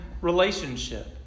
relationship